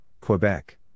Quebec